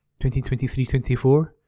2023-24